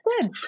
good